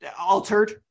altered